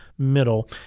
middle